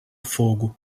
fogo